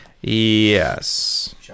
yes